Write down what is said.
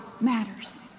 matters